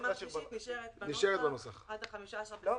הפעימה השלישית נשארת בנוסח, עד 15 בספטמבר.